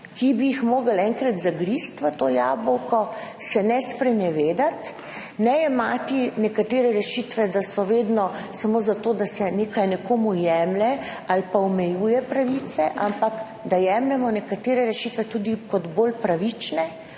Zato bi morali enkrat zagristi v to jabolko in se ne sprenevedati ter ne jemati nekaterih rešitev, da so vedno samo zato, da se nekomu nekaj jemlje ali pa omejuje pravice, pač pa da jemljemo nekatere rešitve tudi kot bolj pravične,